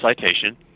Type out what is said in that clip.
citation